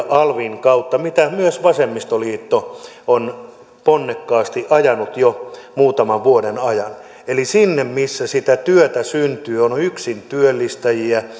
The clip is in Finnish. alvin etujen kautta mitä myös vasemmistoliitto on ponnekkaasti ajanut jo muutaman vuoden ajan eli sinne missä sitä työtä syntyy on on yksintyöllistäjiä